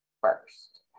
first